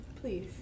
Please